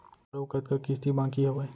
मोर अऊ कतका किसती बाकी हवय?